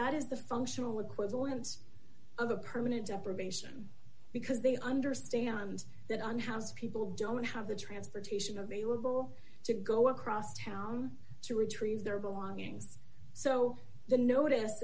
that is the functional equivalent of a permanent deprivation because they understand that on house people don't have the transportation available to go across town to retrieve their belongings so the not